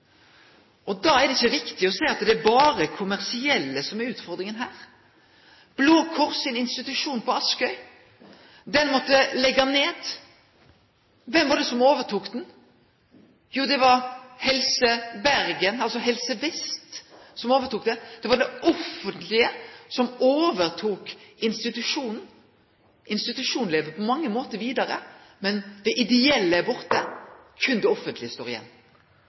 Da er det ikkje riktig å seie at det berre er dei kommersielle som er utfordringa her. Blå Kors sin institusjon på Askøy måtte leggje ned. Kven var det som overtok han? Jo, det var Helse Bergen, altså Helse Vest. Det var det offentlege som overtok institusjonen. Institusjonen lever på mange måtar vidare, men det ideelle er borte, berre det offentlege står igjen.